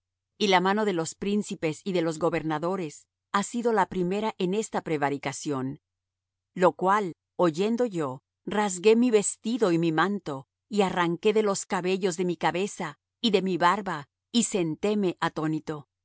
y la mano de los príncipes y de los gobernadores ha sido la primera en esta prevaricación lo cual oyendo yo rasgué mi vestido y mi manto y arranqué de los cabellos de mi cabeza y de mi barba y sentéme atónito